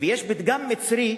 יש פתגם מצרי שאומר: